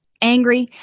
angry